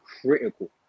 critical